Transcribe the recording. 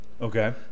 Okay